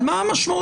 מה המשמעות?